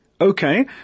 Okay